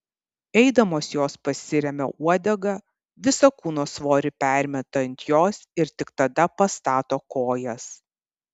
eidamos jos pasiremia uodega visą kūno svorį permeta ant jos ir tik tada pastato kojas